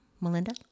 Melinda